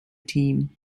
team